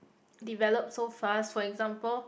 developed so fast for example